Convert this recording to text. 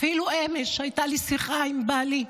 אפילו אמש הייתה לי שיחה עם בעלי,